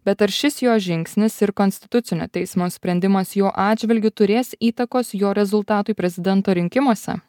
bet ar šis jo žingsnis ir konstitucinio teismo sprendimas jo atžvilgiu turės įtakos jo rezultatui prezidento rinkimuose